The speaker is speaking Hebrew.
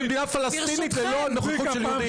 ומדינה פלסטינית ללא נוכחות של יהודי אחד.